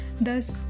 Thus